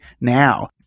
now